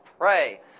pray